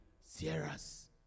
Sierra's